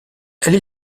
elle